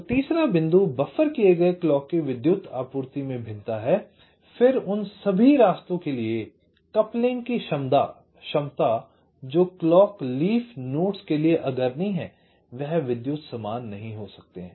तो तीसरा बिंदु बफ़र किए गए क्लॉक की विद्युत आपूर्ति में भिन्नता है फिर उन सभी रास्तों के लिए कपलिंग की क्षमता जो क्लॉक लीफ नोड्स के लिए अग्रणी हैं वे विद्युत समान नहीं हो सकते हैं